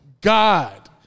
God